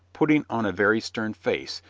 putting on a very stern face,